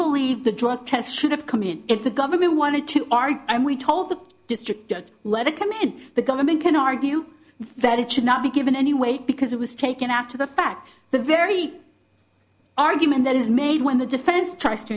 believe the drug test should have come in if the government wanted to argue and we told the district don't let it come in the government can argue that it should not be given any weight because it was taken after the fact the very argument that is made when the defense tries to